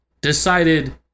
decided